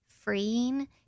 freeing